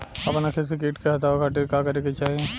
अपना खेत से कीट के हतावे खातिर का करे के चाही?